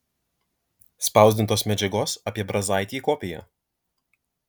spausdintos medžiagos apie brazaitį kopija